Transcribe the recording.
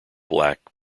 black